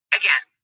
again